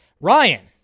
Ryan